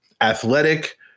athletic